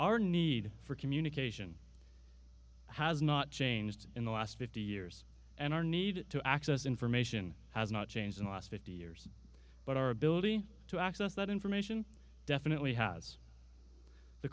our need for communication has not changed in the last fifty years and our need to access information has not changed in the last fifty years but our ability to access that information definitely has the